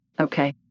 Okay